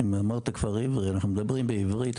אנחנו מדברים פה בעברית,